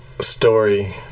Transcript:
Story